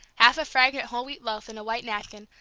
half a fragrant whole-wheat loaf in a white napkin,